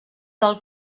del